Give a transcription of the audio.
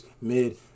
mid